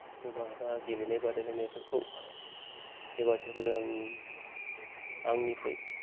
सभा बा गेलेनाय बादायलायनायफोरखौ हेफाजाब होनो आं आंनिफ्राय